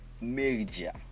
Major